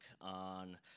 on